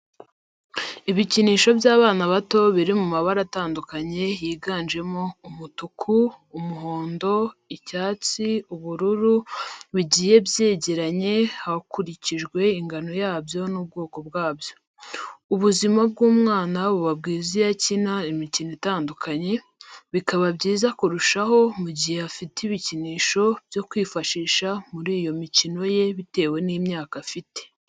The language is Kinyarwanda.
Ibikinisho by'abana bato biri mu mabara atandukanye yiganjemo umutuku, umuhondo, icyatsi, ubururu, bigiye byegeranye hakurikijwe ingano yabyo n'ubwoko bwabyo. Ubuzima bw'umwana buba bwiza iyo akina imikino itandukanye, bikaba byiza kurushaho mu gihe afite ibikinisho byo kwifashisha muri iyo mikino ye bitewe n'imyaka afite.